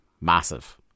massive